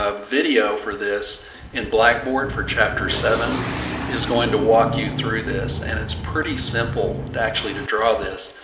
ah video for this in blackboard for chapter seven is going to walk you through this. and it's pretty simple actually, to draw this.